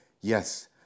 Yes